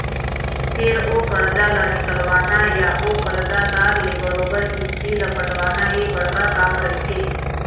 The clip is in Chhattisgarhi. फेर ओ करजा ल निकलवाना या ओ करजादार ले बरोबर किस्ती ल पटवाना ये बड़का काम रहिथे